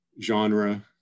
genre